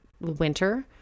winter